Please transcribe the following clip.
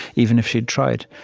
even if she'd tried,